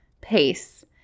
pace